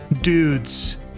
Dudes